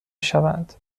شوند